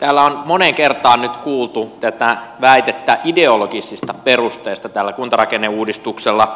täällä on moneen kertaan nyt kuultu tätä väitettä ideologisista perusteista tälle kuntarakenneuudistukselle